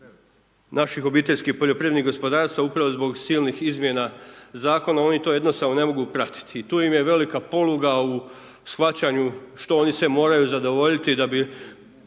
bih ovdje spomenuo problematiku naših OPG upravo zbog silnih izmjena zakona, jer oni to jednostavno ne mogu pratiti. I tu im je velika poluga u shvaćanju što oni sve moraju zadovoljiti da bi